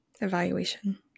evaluation